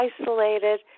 isolated